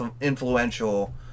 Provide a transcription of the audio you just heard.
influential